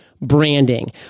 Branding